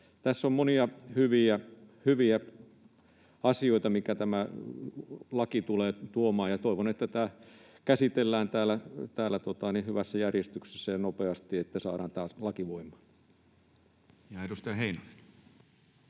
Tässä on monia hyviä asioita, mitkä tämä laki tulee tuomaan. Toivon, että tämä käsitellään täällä hyvässä järjestyksessä ja nopeasti, että saadaan tämä laki voimaan. Edustaja